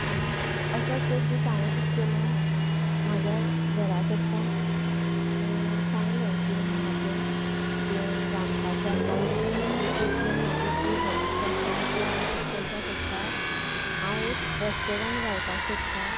आनी असोच एक दीस हांवेन कितें केलें म्हाज्या घराकडच्यांक सांगलें की म्हाजें जें रांदपाचें आसा जी कुकिंक म्हाजी जी हेबिट जी आसा ती हांव कितें करपाक सोदता हांव एक रेस्टोरंट घालपाक सोदता